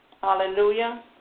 Hallelujah